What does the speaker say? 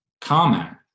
comment